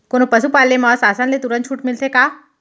कोनो पसु पाले म शासन ले तुरंत छूट मिलथे का?